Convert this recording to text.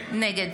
נגד